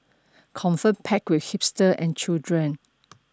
confirm packed with hipster and children